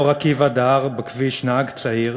באור-עקיבא דהר בכביש נהג צעיר,